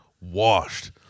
washed